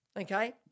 okay